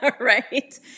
Right